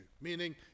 meaning